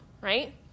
right